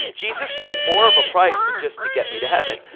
jesus paid more of a price than just to get me to heaven,